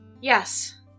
Yes